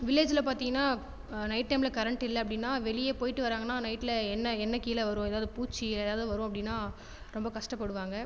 வில்லேஜில் பார்த்திங்கன்னா நைட் டைமில் கரண்ட் இல்லை அப்படின்னால் வெளியே போயிட்டு வராங்கன்னால் நைட்டில் என்ன என்ன கீழே வரும் எதாவது பூச்சி எதாவது வரும் அப்படின்னால் ரொம்ப கஷ்டப்படுவாங்க